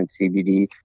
CBD